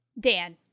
Dan